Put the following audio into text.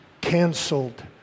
canceled